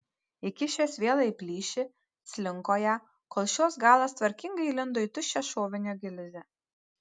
įkišęs vielą į plyšį slinko ją kol šios galas tvarkingai įlindo į tuščią šovinio gilzę